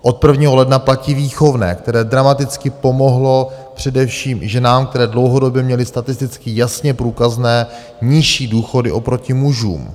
Od 1. ledna platí výchovné, které dramaticky pomohlo především ženám, které dlouhodobě měly statisticky jasně průkazné nižší důchody oproti mužům.